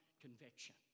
conviction